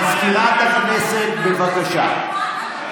מזכירת הכנסת, בבקשה.